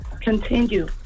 continue